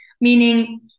meaning